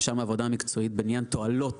ששם העבודה המקצועית בעניין תועלות